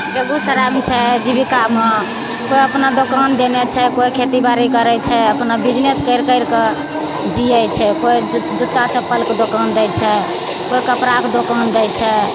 बेगूसरायमे छै जीविकामे कोइ अपना दोकान देने छै कोइ खेती बारी करय छै अपना बिजनेस करि करिके जीयै छै कोइ जूत्ता चप्पलके दोकान दै छै कोइ कपड़ाके दोकान दै छै